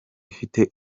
ifite